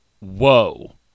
Whoa